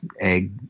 egg